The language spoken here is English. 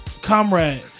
comrade